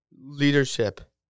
leadership